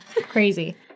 Crazy